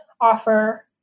offer